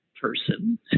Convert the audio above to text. person